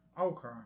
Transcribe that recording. Okay